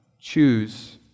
choose